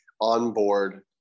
onboard